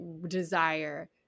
desire